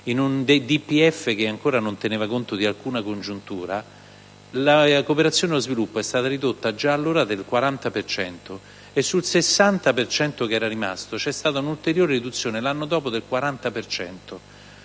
in un DPEF che ancora non teneva conto di alcuna congiuntura, la cooperazione allo sviluppo è stata ridotta già allora del 40 per cento, e sul 60 per cento che era rimasto c'è stata un'ulteriore riduzione l'anno dopo del 40